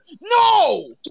No